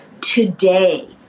Today